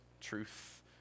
truth